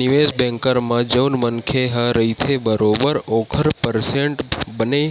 निवेस बेंकर म जउन मनखे ह रहिथे बरोबर ओखर परसेंट बने